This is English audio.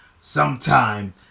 Sometime